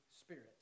Spirit